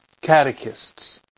catechists